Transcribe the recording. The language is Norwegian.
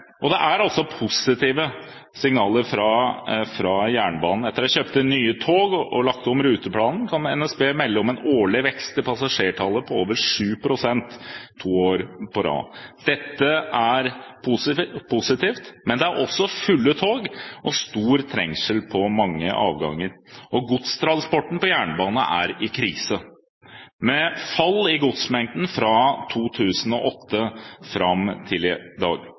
Det er positive signaler fra jernbanen. Etter å ha kjøpt inn nye tog og lagt om ruteplanen kan NSB melde om en årlig vekst i passasjertallet på over 7 pst. to år på rad. Dette er positivt. Men det er fulle tog og stor trengsel på mange avganger. Godstransporten på jernbane er i krise, med fall i godsmengden fra 2008 og fram til i dag.